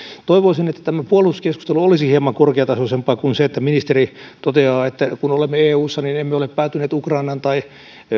toivoisin että tämä puolustuskeskustelu olisi hieman korkeatasoisempaa kuin nyt kun ministeri toteaa että kun olemme eussa niin emme ole päätyneet ukrainan tai